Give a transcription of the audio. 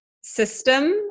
system